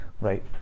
Right